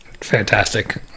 Fantastic